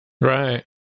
Right